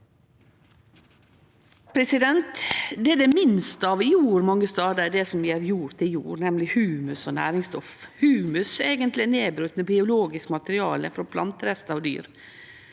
tid. Det det er minst av i jord mange stader, er det som gjer jord til jord, nemleg humus og næringsstoff. Humus er eigentleg nedbrote biologisk materiale frå planterestar og dyr.